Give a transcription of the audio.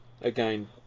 again